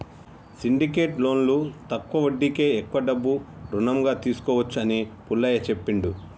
syndicate లోన్లో తక్కువ వడ్డీకే ఎక్కువ డబ్బు రుణంగా తీసుకోవచ్చు అని పుల్లయ్య చెప్పిండు